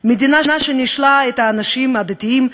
מדינה שנישלה את האנשים הדתיים,